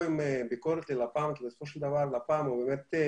עם ביקורת ללפ"מ כי בסופו של דבר לפ"מ מיישם,